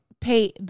pay